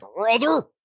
Brother